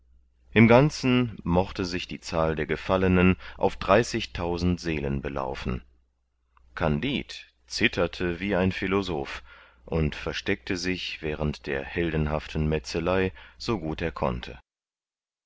im ganzen mochte sich die zahl der gefallenen auf seelen belaufen kandid zitterte wie ein philosoph und versteckte sich während der heldenhaften metzelei so gut er konnte